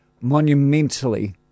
monumentally